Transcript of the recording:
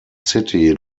city